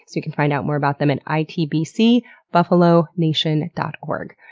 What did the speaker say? you can find out more about them at itbcbuffalonation dot org.